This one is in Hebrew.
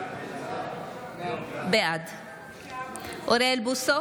בעד אוריאל בוסו,